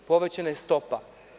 Povećana je stopa.